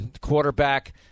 Quarterback